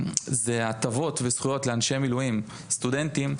הטבות וזכויות לאנשי מילואים סטודנטים,